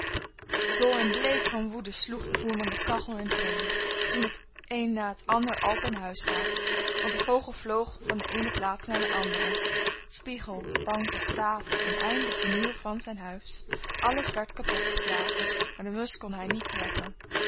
dol en bleek van woede sloeg de voerman de kachel in tweeën en toen het een na het ander al zijn huisraad want de vogel vloog van de eene plaats naar de andere spiegel banken tafel en eindelijk de muren van zijn huis alles werd kapot geslagen maar de musch kon hij niet treffen